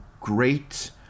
great